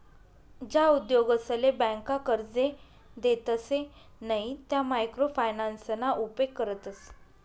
ज्या उद्योगसले ब्यांका कर्जे देतसे नयी त्या मायक्रो फायनान्सना उपेग करतस